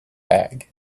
egg